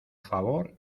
favor